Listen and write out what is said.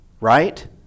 right